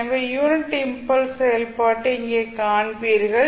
எனவே unit impulse செயல்பாட்டை இங்கே காண்பீர்கள்